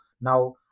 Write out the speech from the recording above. now